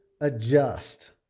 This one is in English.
adjust